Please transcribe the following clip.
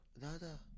Nada